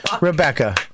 Rebecca